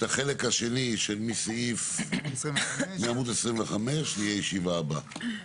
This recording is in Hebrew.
את החלק השני מעמוד 25 זה יהיה בישיבה הבאה.